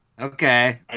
Okay